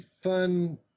fun